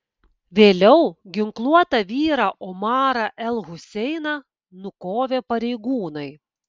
vėliau ginkluotą vyrą omarą el huseiną nukovė pareigūnai